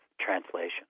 translation